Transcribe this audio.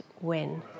win